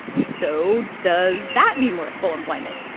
so does that mean we're at full employment?